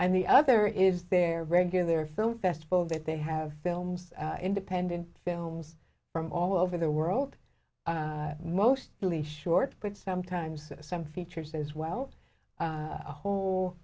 and the other is their regular film festival that they have films independent films from all over the world mostly short but sometimes some features as well a whole